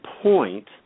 point